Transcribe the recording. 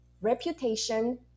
reputation